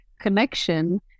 connection